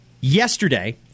Yesterday